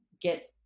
get